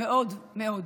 מאוד מאוד: